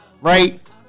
right